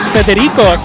Federico